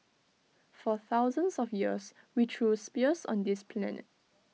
for thousands of years we threw spears on this planet